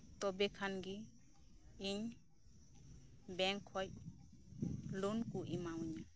ᱛᱚᱵᱮᱠᱷᱟᱱ ᱜᱤ ᱤᱧ ᱵᱮᱝᱠᱷᱚᱡ ᱞᱚᱱᱠᱩ ᱮᱢᱟᱣᱟᱹᱧᱟᱹ